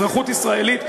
אזרחות ישראלית,